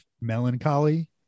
melancholy